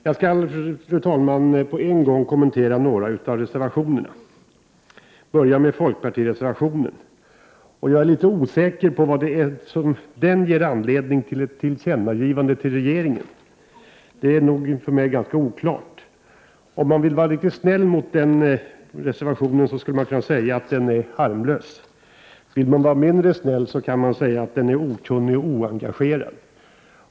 Jag skall med en gång kommentera några av reservationerna, och jag börjar med folkpartireservationen. Jag är litet osäker på vad det är som i den ger anledning till ett tillkännagivande till regeringen. Det är för mig ganska oklart. Om man vill vara snäll, skulle man kunna säga att reservationen är harmlös. Vill man vara mindre snäll, skulle man kunna säga att reservationen tyder på att man är okunnig och oengagerad.